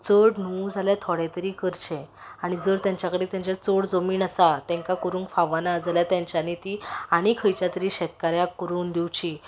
चड न्हू जाल्यार थोडें तरी करचें आनी जर तांचे कडेन चड जमीन आसा तांकां करूंक फावना जाल्यार तांच्यांनी ती आनी खंयच्या तरी शेतकाऱ्याक करूंक दिवची